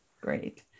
Great